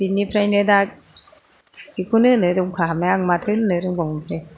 बेनिफ्रायनो दा बेखौनो होनो दंखा हाबनाय आं माथो होननो रोंबावनोसै